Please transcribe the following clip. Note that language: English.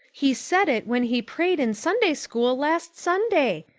he said it when he prayed in sunday school last sunday.